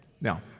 now